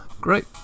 great